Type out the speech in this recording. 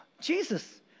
Jesus